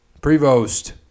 Prevost